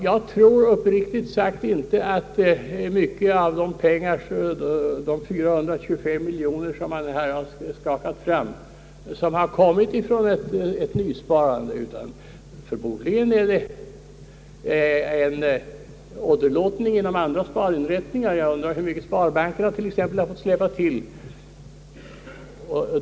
Jag tror uppriktigt sagt inte att mycket av de 425 miljonerna som på detta sätt skrapats fram har kommit från ett nysparande. Förmodligen har det skett en åderlåtning inom andra sparinrättningar. Jag undrar hur mycket t.ex. sparbankerna har fått släppa till.